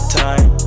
time